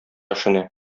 эшенә